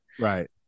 Right